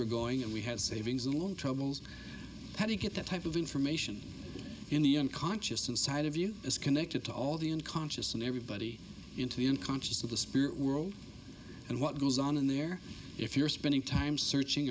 were going and we had savings and loan troubles how do you get that type of information in the unconscious inside of you is connected to all the inconscious and everybody into the inconscious of the spirit world and what goes on in there if you're spending time searching